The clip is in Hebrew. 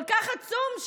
כל כך עצום,